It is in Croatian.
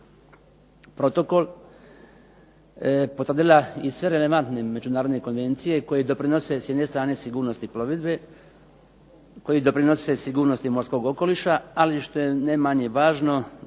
protokol potvrdila i sve relevantne međunarodne konvencije koje doprinose s jedne strane sigurnosti plovidbe, koji doprinose sigurnosti morskog okoliša, ali što je ne manje važno